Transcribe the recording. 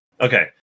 Okay